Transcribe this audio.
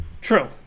True